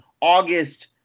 August